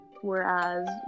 whereas